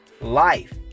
life